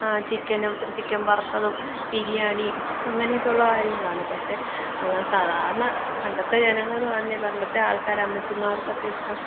ചിക്കനും ചിക്കന് വറുത്തതും ബിരിയാണിയും അങ്ങനെയൊക്കെയുള്ള കാര്യങ്ങളാണ് പക്ഷേ സാധാരണ പണ്ടത്തെ ജനങ്ങളെന്നു പറഞ്ഞാൽ പണ്ടത്തെ ആള്ക്കാർ അമ്മച്ചിമാര്ക്കൊക്കെ ഇഷ്ടം